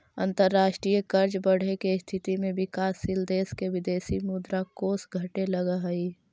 अंतरराष्ट्रीय कर्ज बढ़े के स्थिति में विकासशील देश के विदेशी मुद्रा कोष घटे लगऽ हई